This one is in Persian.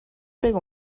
بگو